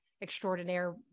extraordinaire